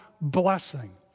blessing